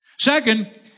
Second